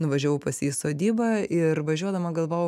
nuvažiavau pas jį į sodybą ir važiuodama galvojau